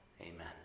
Amen